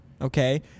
Okay